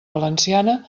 valenciana